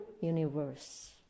universe